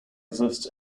exist